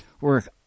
work